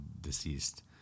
deceased